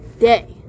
day